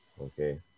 okay